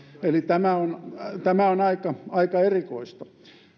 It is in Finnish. eli tämä on tämä on aika aika erikoista